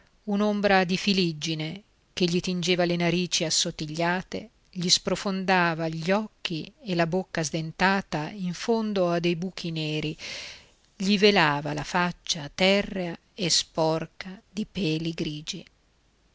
un'ombra di filiggine che gli tingeva le narici assottigliate gli sprofondava gli occhi e la bocca sdentata in fondo a dei buchi neri gli velava la faccia terrea e sporca di peli grigi